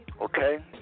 Okay